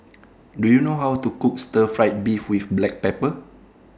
Do YOU know How to Cook Stir Fried Beef with Black Pepper